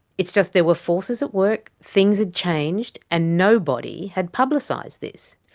it's just there were forces at work, things had changed, and nobody had publicised this.